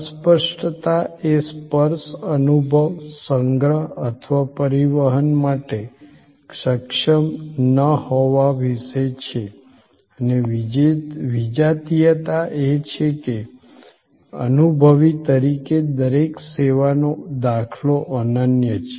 અસ્પષ્ટતા એ સ્પર્શ અનુભવ સંગ્રહ અથવા પરિવહન માટે સક્ષમ ન હોવા વિશે છે અને વિજાતીયતા એ છે કે અનુભવી રીતે દરેક સેવાનો દાખલો અનન્ય છે